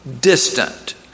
distant